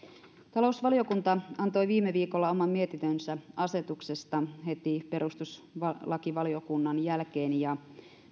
talousvaliokunta antoi viime viikolla oman mietintönsä asetuksesta heti perustuslakivaliokunnan jälkeen ja